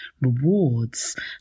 rewards